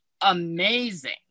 amazing